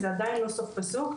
זה עדיין לא סוף פסוק,